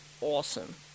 awesome